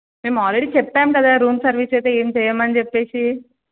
మేము ఆల్రెడీ చెప్పాం కదా రూమ్ సర్వీస్ అయితే ఏమి చెయ్యమని చెప్పేసి